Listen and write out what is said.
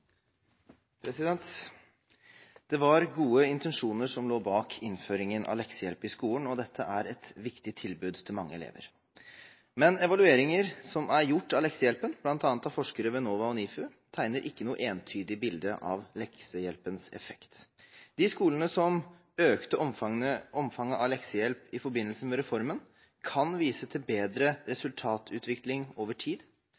behov. Det var gode intensjoner som lå bak innføringen av leksehjelp i skolen, og dette er et viktig tilbud til mange elever. Men evalueringer som er gjort av leksehjelpen, bl.a. av forskere ved NOVA og NIFU, tegner ikke noe entydig bilde av leksehjelpens effekt. De skolene som økte omfanget av leksehjelp i forbindelse med reformen, kan vise til bedre resultatutvikling over tid.